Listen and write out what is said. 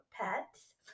pets